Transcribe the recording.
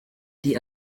die